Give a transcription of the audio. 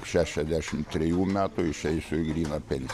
šešiasdešim trejų metų išeisiu į gryną pen